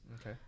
Okay